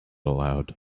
allowed